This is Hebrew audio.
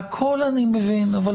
הכול אני מבין, אבל